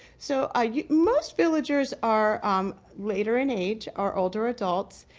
so i most villagers are later in age or older adults.